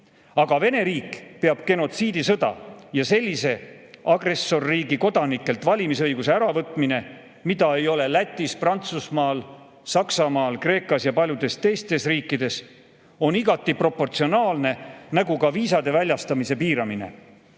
Aga Vene riik peab genotsiidisõda ja sellise agressorriigi kodanikelt valimisõiguse äravõtmine – [seda õigust] ei ole [Vene kodanikel ka] Lätis, Prantsusmaal, Saksamaal, Kreekas ja paljudes teistes riikides – on igati proportsionaalne nagu ka viisade väljastamise piiramine.